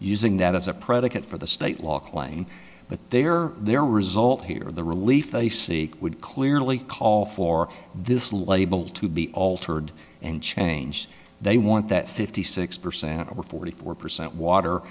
using that as a predicate for the state law claim but they are their result here the relief they seek would clearly call for this label to be altered and changed they want that fifty six percent or forty four percent water